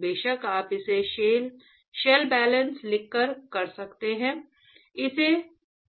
बेशक आप इसे शेल बैलेंस लिखकर कर सकते हैं इसे